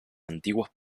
antiguos